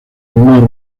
humor